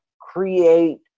create